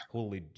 Holy